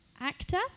Actor